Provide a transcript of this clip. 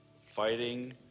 fighting